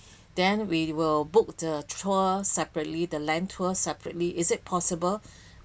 then we will book the tour separately the land tour separately is it possible